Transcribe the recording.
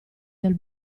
del